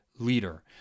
leader